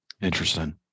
interesting